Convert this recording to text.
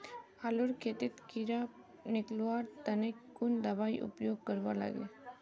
आलूर खेतीत कीड़ा निकलवार तने कुन दबाई उपयोग करवा लगे?